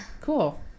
Cool